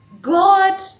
God